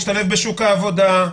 משתלב בשוק העבודה,